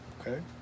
Okay